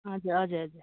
हजुर हजुर हजुर